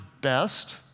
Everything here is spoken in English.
best